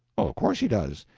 of course he does.